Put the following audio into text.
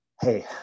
hey